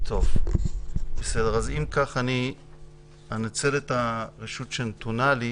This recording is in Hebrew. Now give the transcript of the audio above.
אם כך, אני אנצל את הרשות שנתונה לי